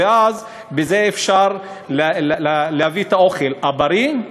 וכך אפשר להביא את האוכל הבריא,